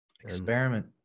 Experiment